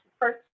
first